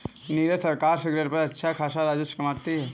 नीरज सरकार सिगरेट पर अच्छा खासा राजस्व कमाती है